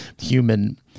human